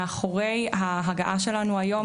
מאחורי ההגעה שלנו היום,